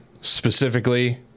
specifically